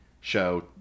show